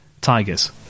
tigers